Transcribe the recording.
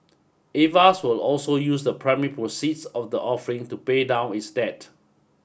Avast will also use the primary proceeds of the offering to pay down its debt